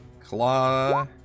Claw